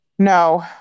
no